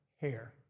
hair